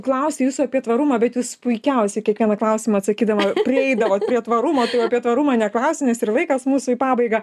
klausti jūsų apie tvarumą bet jūs puikiausiai kiekvieną klausimą atsakydama prieidavot prie tvarumo apie tvarumą neklausiu nes ir laikas mūsų į pabaigą